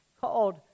called